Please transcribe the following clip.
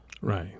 Right